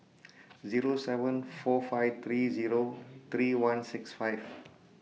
Zero seven four five three Zero three one six five